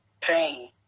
pain